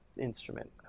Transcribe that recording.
instrument